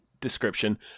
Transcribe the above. description